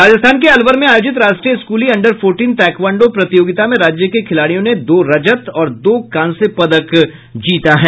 राजस्थान के अलवर में आयोजित राष्ट्रीय स्कूली अन्डर फोर्टीन ताईक्वांडो प्रतियोगिता में राज्य के खिलाड़ियों ने दो रजत और दो कांस्य पदक जीता है